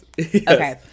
okay